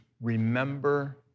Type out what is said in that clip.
remember